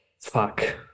fuck